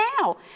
now